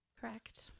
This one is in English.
correct